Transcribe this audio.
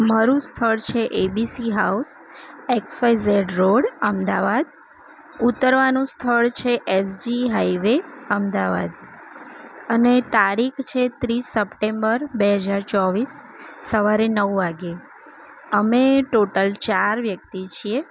મારું સ્થળ છે ABC house X Y Z road Ahmedabad ઉતરવાનું સ્થળ છે એસજી હાઈવે અમદાવાદ અને તારીખ છે ત્રીસ સપ્ટેમ્બર બે હજાર ચોવીસ સવારે નવ વાગે અમે ટોટલ ચાર વ્યક્તિ છીએ